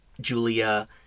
Julia